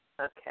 Okay